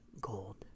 gold